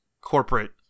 corporate